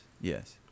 yes